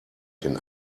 den